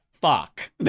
fuck